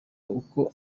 uko